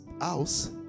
house